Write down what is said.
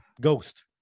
Ghost